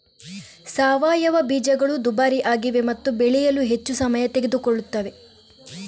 ಸಾವಯವ ಬೀಜಗಳು ದುಬಾರಿಯಾಗಿವೆ ಮತ್ತು ಬೆಳೆಯಲು ಹೆಚ್ಚು ಸಮಯ ತೆಗೆದುಕೊಳ್ಳುತ್ತವೆ